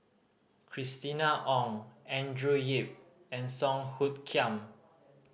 Christina Ong Andrew Yip and Song Hoot Kiam